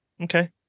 Okay